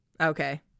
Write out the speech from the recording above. Okay